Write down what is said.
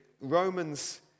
Romans